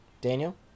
Daniel